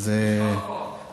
יישר כוח.